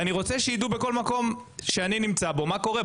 אני רוצה שידעו בכל מקום שאני נמצא בו מה קורה.